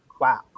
wow